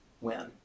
win